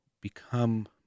become